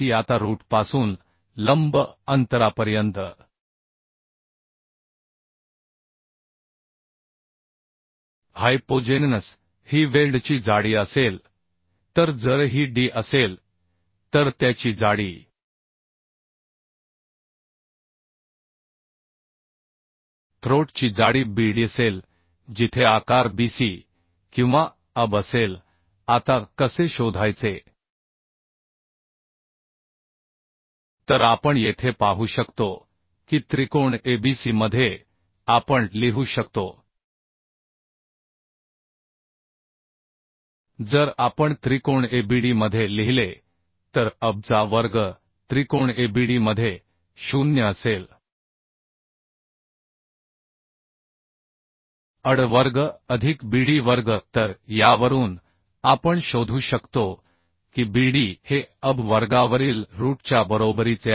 आता रूट पासून लंब अंतरापर्यंत हायपोजेनस ही वेल्डची जाडी असेल तर जर ही डी असेल तर त्याची जाडी थ्रोट ची जाडी BDअसेल जिथे आकार BC किंवा AB असेल आता कसे शोधायचे तर आपण येथे पाहू शकतो की त्रिकोण ABC मध्ये आपण लिहू शकतो जर आपण त्रिकोण ABD मध्ये लिहिले तर AB चा वर्ग त्रिकोण ABD मध्ये शून्य असेल AD वर्ग अधिक BD वर्ग तर यावरून आपण शोधू शकतो की BD हे AB वर्गावरील रूट च्या बरोबरीचे आहे